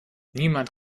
niemand